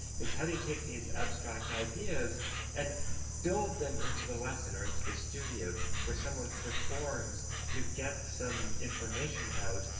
is how do you take these abstract ideas and build them into the lesson or into the studio where someone performs to get some information out?